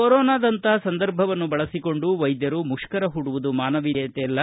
ಕೊರೋನದಂಥ ಸಂದರ್ಭವನ್ನು ಬಳಸಿಕೊಂಡು ವೈದ್ಯರು ಮುಷ್ಕರ ಹೂಡುವುದು ಮಾನವೀಯತೆಯಲ್ಲ